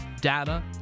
data